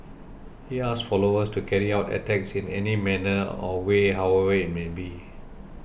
he asked followers to carry out attacks in any manner or way however it may be